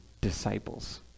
disciples